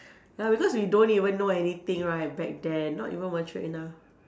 ya because we don't even know anything right back then not even mature enough